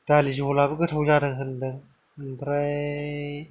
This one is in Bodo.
दालि जलआबो गोथाव जादों होन्दों ओमफ्राय